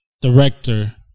director